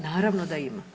Naravno da ima.